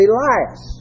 Elias